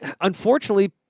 unfortunately